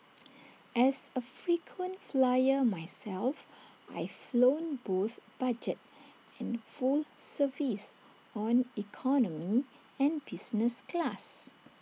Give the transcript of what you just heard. as A frequent flyer myself I've flown both budget and full service on economy and business class